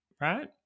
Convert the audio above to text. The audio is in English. right